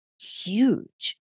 Huge